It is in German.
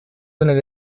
seine